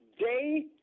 day